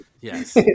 Yes